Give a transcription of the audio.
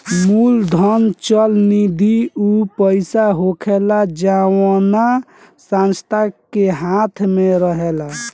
मूलधन चल निधि ऊ पईसा होखेला जवना संस्था के हाथ मे रहेला